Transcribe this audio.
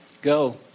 go